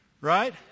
right